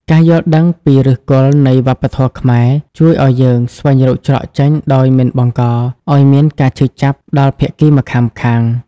ការយល់ដឹងពីឫសគល់នៃវប្បធម៌ខ្មែរ ជួយឱ្យយើងស្វែងរកច្រកចេញដោយមិនបង្កឱ្យមានការឈឺចាប់ដល់ភាគីម្ខាងៗ។